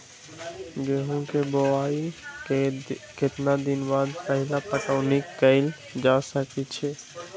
गेंहू के बोआई के केतना दिन बाद पहिला पटौनी कैल जा सकैछि?